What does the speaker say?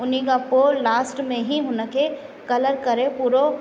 हुन खां पोइ लास्ट में ही हुनखे कलर करे पूरो